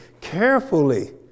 carefully